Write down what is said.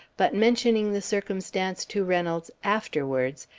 but mentioning the circumstance to reynolds afterwards,